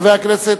חבר הכנסת,